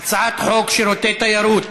הצעת חוק שירותי תיירות,